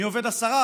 מי עובד 10%,